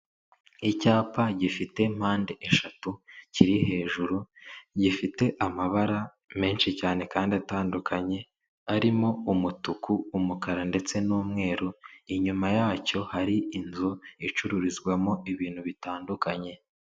Icyapa gifite mpande eshatu kiri hejuru, gifite amabara menshi cyane kandi atandukanye, arimo umutuku, umukara ndetse n'umweru, inyuma yacyo hari inzu icururizwamo ibintu bitandukanye.